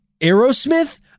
Aerosmith